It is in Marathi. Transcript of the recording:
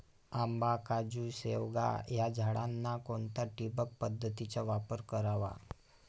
आंबा, काजू, शेवगा या झाडांना कोणत्या ठिबक पद्धतीचा वापर करावा?